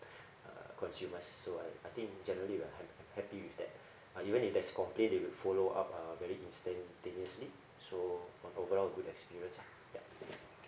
uh consumers so I I think generally we're hap~ happy with uh even if there is complaint they will follow up uh very instantaneously so on overall good experience ah ya